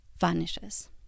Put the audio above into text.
vanishes